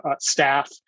staff